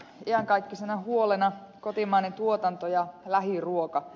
iankaikkisena huolena on kotimainen tuotanto ja lähiruoka